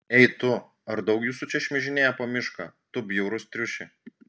ei tu ar daug jūsų čia šmižinėja po mišką tu bjaurus triuši